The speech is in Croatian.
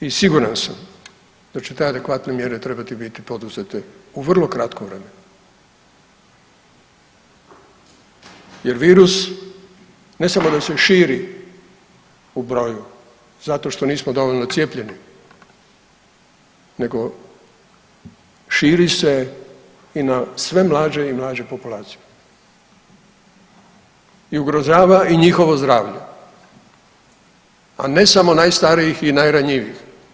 I siguran sam da će te adekvatne mjere trebati biti poduzete u vrlo kratkom vremenu jer virus ne samo da se širi u broju zato što nismo dovoljno cijepljeni nego širi se i na sve mlađe i mlađe populacije i ugrožava i njihovo zdravlje, a ne samo najstarijih i najranjivijih.